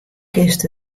kinst